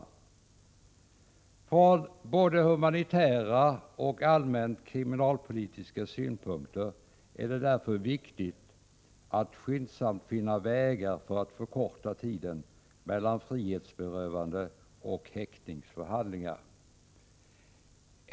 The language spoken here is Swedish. Ur både humanitära och allmänt kriminalpolitiska synpunkter är det därför viktigt att skyndsamt finna vägar för att förkorta tiden mellan frihetsberövande och häktningsförhandlingar.